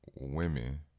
women